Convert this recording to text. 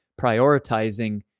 prioritizing